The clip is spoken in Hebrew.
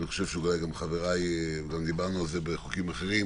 אני חושב שאולי גם לחבריי דיברנו על זה בחוקים אחרים